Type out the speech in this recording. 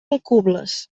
alcubles